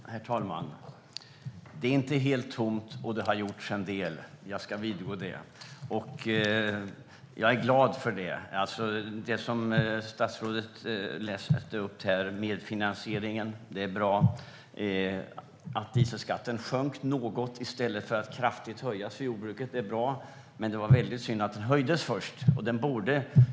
Herr talman! Det är inte helt tomt, och det har gjorts en del. Jag ska vidgå det. Jag är glad för det. Det som statsrådet läste upp här om medfinansieringen är bra. Att dieselskatten sjönk något i stället för att kraftigt höjas för jordbruket är bra. Men det var väldigt synd att den höjdes först.